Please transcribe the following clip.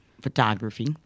photography